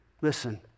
Listen